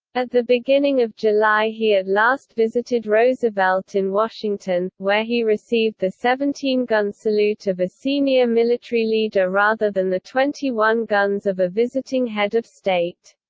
at the beginning of july he at last visited roosevelt in washington, where he received the seventeen gun salute of a senior military leader rather than the twenty one guns of a visiting head of state.